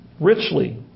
richly